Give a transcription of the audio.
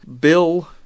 bill